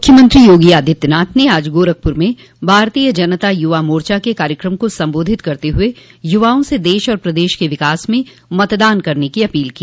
मुख्यमंत्री योगी आदित्यनाथ ने आज गोरखपूर में भारतीय जनता युवा मोर्चा के कार्यक्रम को संबोधित करते हये यूवाओं से देश और प्रदेश के विकास में मतदान करने की अपील की